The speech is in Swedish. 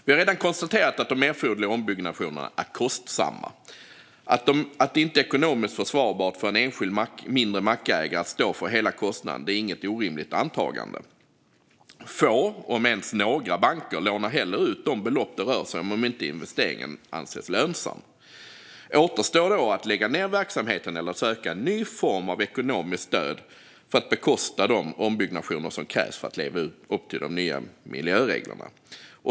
Vi har redan konstaterat att de erforderliga ombyggnationerna är kostsamma. Att det inte är ekonomiskt försvarbart för en enskild mindre mackägare att stå för hela kostnaden är inget orimligt antagande. Få, om ens några, banker lånar ut de belopp det rör sig om ifall investeringen inte anses lönsam. Då återstår att lägga ned verksamheten eller söka en ny form av ekonomiskt stöd för att bekosta de ombyggnationer som krävs för att leva upp till de nya miljöreglerna.